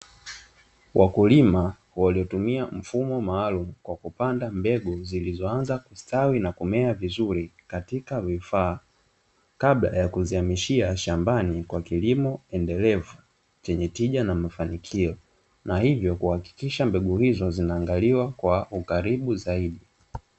Wakulima waliotumia mfumo maalumu wa kupanda mbegu zilizoanza kustawi na kumea vizuri katika vifaa, kabla ya kuzihamishia shambani kwa kilimo endelevu chenye tija na mafanikio na hivyo kuhakikisha mbegu hizo zinaangaliwa kwa ukaribu zaidi.